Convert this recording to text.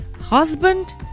husband